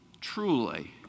truly